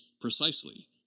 precisely